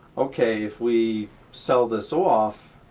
okay, if we sell this off,